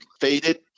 faded